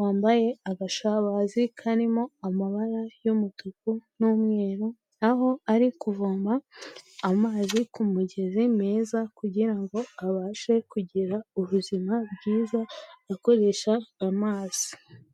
wambaye agashabazi karimo amabara y'umutuku n'umweru, aho ari kuvoma amazi ku mugezi meza kugira ngo abashe kugira ubuzima bwiza akoresha amazi.